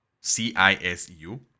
C-I-S-U